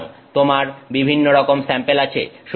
সুতরাং তোমার বিভিন্ন রকম স্যাম্পেল আছে